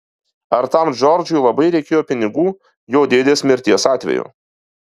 ar tam džordžui labai reikėjo pinigų jo dėdės mirties atveju